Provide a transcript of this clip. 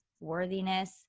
worthiness